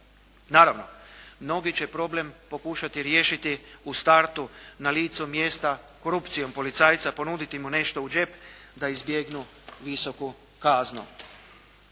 Naravno, mnogi će problem pokušati riješiti u startu na licu mjesta korupcijom policajca, ponuditi mu nešto u đep da izbjegnu visoku kaznu.